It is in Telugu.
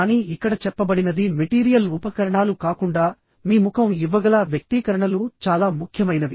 కానీ ఇక్కడ చెప్పబడినది మెటీరియల్ ఉపకరణాలు కాకుండా మీ ముఖం ఇవ్వగల వ్యక్తీకరణలు చాలా ముఖ్యమైనవి